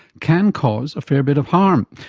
can cause a fair bit of harm.